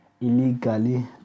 illegally